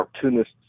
cartoonists